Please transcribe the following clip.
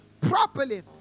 properly